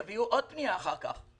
יביאו עוד פנייה אחר כך.